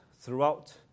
throughout